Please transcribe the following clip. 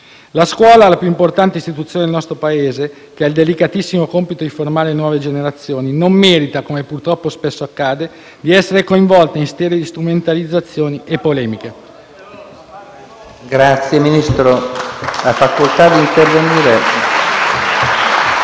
La scuola, la più importante istituzione del nostro Paese, che ha il delicatissimo compito di formare le nuove generazioni, non merita, come purtroppo spesso accade, di essere coinvolta in sterili strumentalizzazioni e polemiche. *(Applausi dai Gruppi